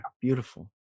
Beautiful